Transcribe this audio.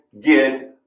get